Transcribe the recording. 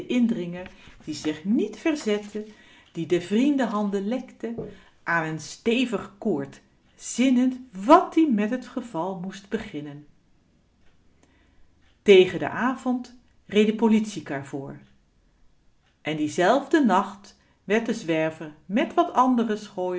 indringer die zich niet ver zette die de vriende handen lekte aan n stevig koord zinnend wàt ie met t geval moest beginnen tegen den avond ree de politiekar voor en dien zelfden nacht werd de zwerver met wat andere